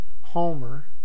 Homer